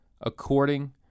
according